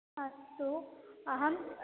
अस्तु अहम्